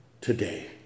today